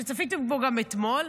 שצפיתי בו גם אתמול,